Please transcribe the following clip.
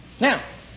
Now